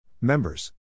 Members